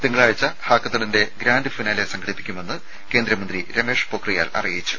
തിങ്കളാഴ്ച ഹാക്കത്തണിന്റെ grand finale സംഘടിപ്പിക്കുമെന്ന് കേന്ദ്രമന്ത്രി രമേഷ് പൊഖ്രിയാൽ അറിയിച്ചു